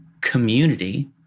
community